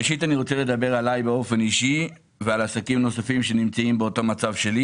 ראשית אני רוצה לדבר עלי באופן אישי ועל עסקים נוספים שנמצאים במצב שלי.